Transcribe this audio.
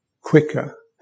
quicker